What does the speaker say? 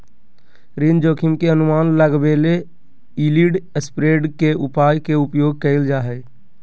ऋण जोखिम के अनुमान लगबेले यिलड स्प्रेड के उपाय के उपयोग कइल जा हइ